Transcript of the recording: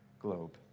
globe